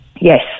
Yes